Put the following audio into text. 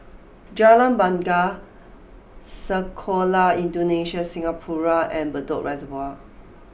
Jalan Bungar Sekolah Indonesia Singapura and Bedok Reservoir